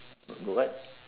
go what